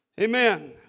Amen